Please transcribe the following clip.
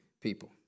people